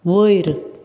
वयर